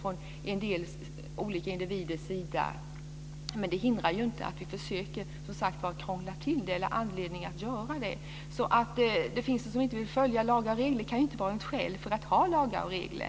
Men det hindrar inte att vi försöker krångla till det eller har anledning att göra det. Att en del inte vill följa lagar och regler kan inte vara ett skäl till att ha lagar och regler.